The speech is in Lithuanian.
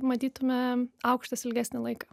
matytume aukštas ilgesnį laiką